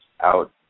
out